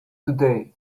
today